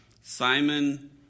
Simon